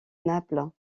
naples